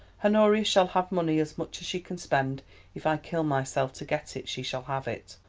honoria shall have money as much as she can spend if i kill myself to get it, she shall have it.